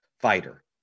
fighter